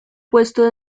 puesto